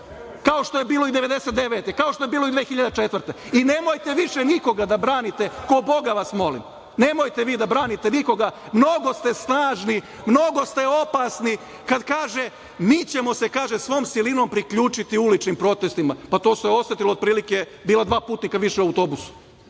kao što je bilo 1999. godine, kao i 2004. godine. Nemojte više nikoga da branite, ko Boga vas molim. Nemojte vi da branite nikoga, mnogo ste snažni, mnogo ste opasni kad kaže – mi ćemo se, kaže, svom silinom priključiti uličnim protestima. Pa, to se osetilo, otprilike bila dva putnika više u autobusu. Nemojte